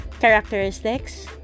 characteristics